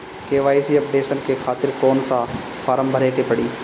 KYC updation के खातिर कौन सा फारम भरे के पड़ी?